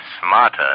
smarter